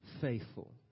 faithful